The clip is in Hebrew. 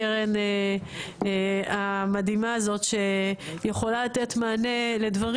הקרן המדהימה הזאת שיכולה לתת מענה לדברים